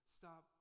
stop